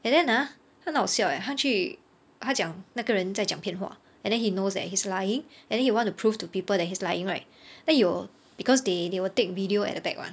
and then ah 他很好笑 eh 他去他讲那个人在讲骗话 and then he knows that he's lying and then he want to prove to people that he's lying right 他有 because they they will take video at the back one